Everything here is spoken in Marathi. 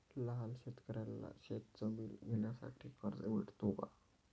लहान शेतकऱ्यांना शेतजमीन घेण्यासाठी कर्ज मिळतो का?